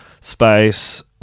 space